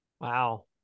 wow